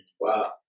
Wow